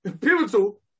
pivotal